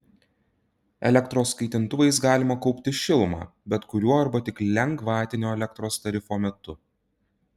elektros kaitintuvais galima kaupti šilumą bet kuriuo arba tik lengvatinio elektros tarifo metu